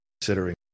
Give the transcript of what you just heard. considering